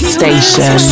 Station